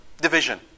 division